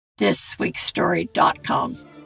thisweekstory.com